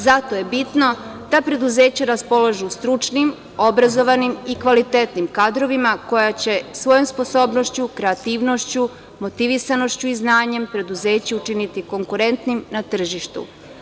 Zato je bitno da preduzeća raspolažu stručnim, obrazovanim i kvalitetnim kadrovima koji će svojom sposobnošću, kreativnošću, motivisanošću i znanjem preduzeće učiniti konkurentnim na tržištu.